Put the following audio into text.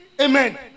amen